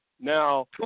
Now